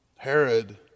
Herod